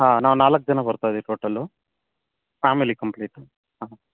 ಹಾಂ ನಾವು ನಾಲ್ಕು ಜನ ಬರ್ತಾ ಇದ್ದೀವಿ ಟೋಟಲ್ಲು ಫ್ಯಾಮಿಲಿ ಕಂಪ್ಲೀಟ್ ಹಾಂ